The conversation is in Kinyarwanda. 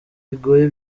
bigoye